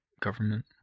government